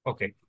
Okay